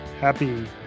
happy